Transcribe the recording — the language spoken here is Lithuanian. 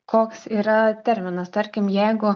koks yra terminas tarkim jeigu